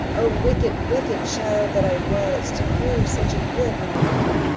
oh, wicked, wicked child that i was, to grieve such a good mamma!